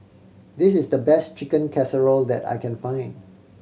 this is the best Chicken Casserole that I can find